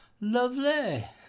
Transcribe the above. Lovely